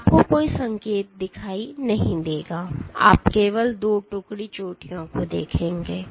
तो आपको कोई संकेत नहीं दिखाई देगा आप केवल 2 टुकड़ी चोटियों को देखेंगे